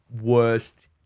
worst